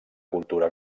cultura